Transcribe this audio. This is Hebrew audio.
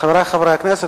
חברי חברי הכנסת,